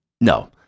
No